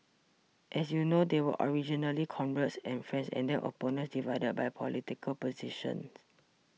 as you know they were originally comrades and friends and then opponents divided by political positions